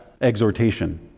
exhortation